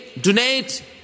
donate